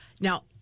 Now